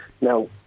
Now